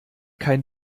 kein